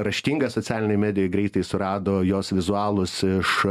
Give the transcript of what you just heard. raštinga socialinėj medijoj greitai surado jos vizualūs iš